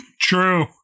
True